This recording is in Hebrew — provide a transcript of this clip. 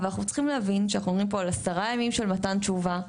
אבל אנחנו צריכים להבין פה שאנחנו מדברים על 10 ימים של מתן תשובה,